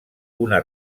una